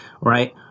right